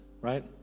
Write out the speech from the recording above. right